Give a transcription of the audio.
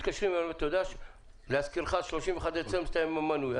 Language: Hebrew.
מתקשרים אליי: להזכירך, ב-31 בדצמבר מסתיים המנוי.